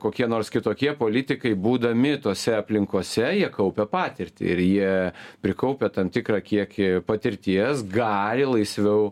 kokie nors kitokie politikai būdami tose aplinkose jie kaupia patirtį ir jie prikaupę tam tikrą kiekį patirties gali laisviau